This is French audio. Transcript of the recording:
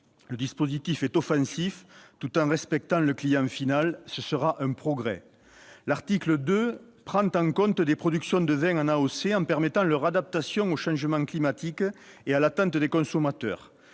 Le dispositif est offensif, tout en respectant le client final. Ce sera un progrès. L'article 2 prend en compte des productions de vins en AOC, en permettant leur adaptation au changement climatique et à l'attente des consommateurs.